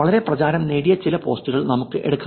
വളരെ പ്രചാരം നേടിയ ചില പോസ്റ്റുകൾ നമുക്ക് എടുക്കാം